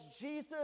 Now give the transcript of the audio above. Jesus